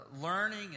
learning